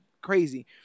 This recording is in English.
crazy